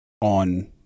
on